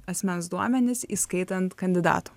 asmens duomenis įskaitant kandidatų